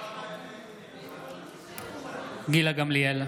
(קורא בשם חברת הכנסת) גילה גמליאל,